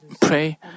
pray